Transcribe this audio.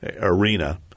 arena